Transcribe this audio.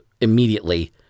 immediately